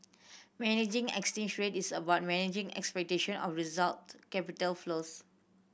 managing exchange rate is about managing expectation of result capital flows